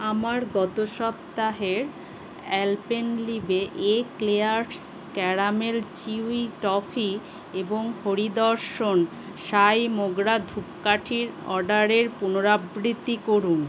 আমার গত সপ্তাহের Alpenliebe eclairs caramel chewy toffee এবং হরি দর্শন সাই মোগরা ধুপকাঠির অর্ডারের পুনরাবৃত্তি করুন